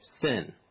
sin